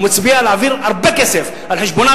הוא מצביע להעביר הרבה כסף על חשבונם